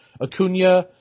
Acuna